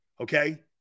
Okay